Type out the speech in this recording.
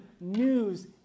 news